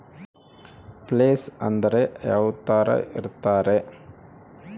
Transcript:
Place ಅಂದ್ರೆ ಯಾವ್ತರ ಇರ್ತಾರೆ?